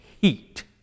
heat